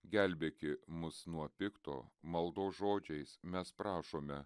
gelbėki mus nuo pikto maldos žodžiais mes prašome